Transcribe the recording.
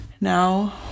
now